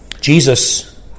Jesus